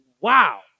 wow